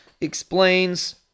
explains